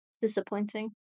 disappointing